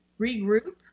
regroup